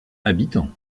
habitants